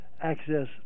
access